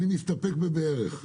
אני מסתפק בבערך.